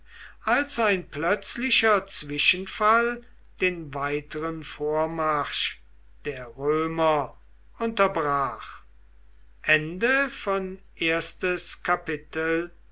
als ein plötzlicher zwischenfall den weiteren vormarsch der römer unterbrach